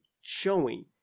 showing